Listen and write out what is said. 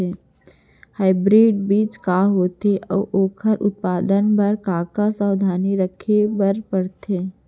Hybrid बीज का होथे अऊ ओखर उत्पादन बर का का सावधानी रखे बर परथे?